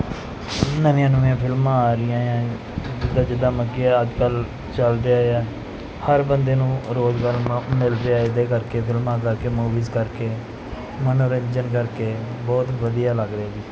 ਨਵੀਆਂ ਨਵੀਆਂ ਫਿਲਮਾਂ ਆ ਰਹੀਆਂ ਆ ਜਿੱਦਾਂ ਜਿੱਦਾ ਮਤਲਬ ਕਿ ਅੱਜ ਕੱਲ੍ਹ ਚੱਲਦੇ ਆ ਹਰ ਬੰਦੇ ਨੂੰ ਰੁਜ਼ਗਾਰ ਮਿਲ ਮਿਲ ਰਿਹਾ ਇਹਦੇ ਕਰਕੇ ਫਿਲਮਾਂ ਕਰਕੇ ਮੂਵੀਜ਼ ਕਰਕੇ ਮਨੋਰੰਜਨ ਕਰਕੇ ਬਹੁਤ ਵਧੀਆ ਲੱਗ ਰਿਹਾ ਜੀ